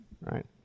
Right